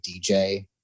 DJ